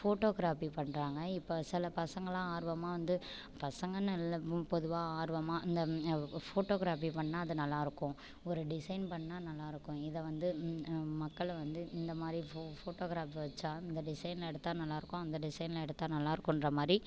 photography பண்ணுறாங்க இப்போ சில பசங்கல்லாம் ஆர்வமாக வந்து பசங்கன்னு இல்லை பொதுவாக ஆர்வமாக இந்த போட்டோகிராஃபி பண்ணால் அது நல்லாருக்கும் ஒரு டிசைன் பண்ணால் நல்லாருக்கும் இதை வந்து மக்களை வந்து இந்த மாதிரி ஃபோ ஃபோட்டோகிராஃப் வச்சா இந்த டிசைனில் எடுத்தால் நல்லாருக்கும் அந்த டிசைனில் எடுத்தால் நல்லாருக்குன்ற மாதிரி